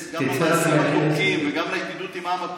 גם לטורקים וגם לידידות עם העם הכורדי,